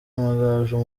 amagaju